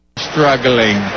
struggling